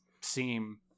seem